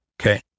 Okay